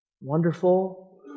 Wonderful